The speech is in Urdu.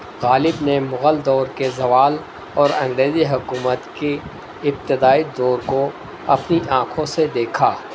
غالب نے مغل دور کے زوال اور انگریزی حکومت کی ابتدائی دور کو اپنی آنکھوں سے دیکھا